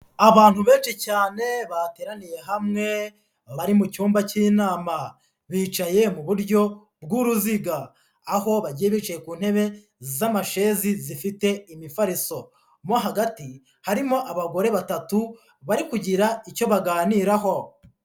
Abantu benshi cyane bateraniye hamwe bari mu cyumba cy'inama, bicaye mu buryo bw'uruziga aho bagenda bicaye ku ntebe z'amashezi zifite imifariso, mo hagati harimo abagore batatu bari kugira icyo baganiraho.